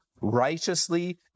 righteously